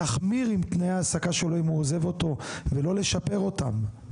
להחמיר עם תנאי ההעסקה שלו אם הוא עוזב אותו ולא לשפר אותם.